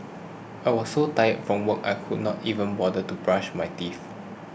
I was so tired from work I could not even bother to brush my teeth